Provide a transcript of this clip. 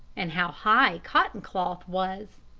and how high cotton cloth was!